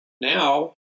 now